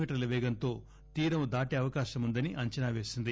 మీ పేగంతో తీరం దాటే అవకాశముందని అంచనా పేసింది